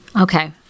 Okay